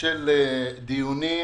של דיונים